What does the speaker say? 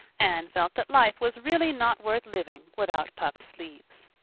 anne felt that life was really not worth living without puffed sleeves.